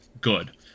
good